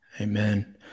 Amen